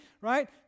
right